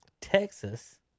Texas